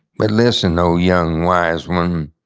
but listen, o young wise one,